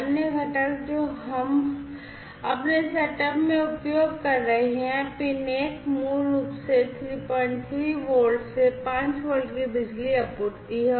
अन्य घटक जो हम अपने सेटअप में उपयोग कर रहे हैं पिन 1 मूल रूप से 33 वोल्ट से 5 वोल्ट की बिजली आपूर्ति है